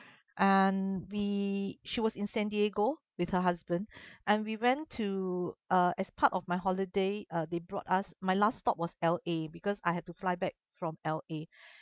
um we she was in san diego with her husband and we went to uh as part of my holiday uh they brought us my last stop was L_A because I have to fly back from L_A